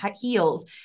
heels